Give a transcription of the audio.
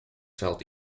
felt